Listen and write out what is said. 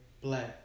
black